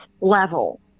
level